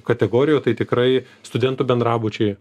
kategorijų tai tikrai studentų bendrabučiai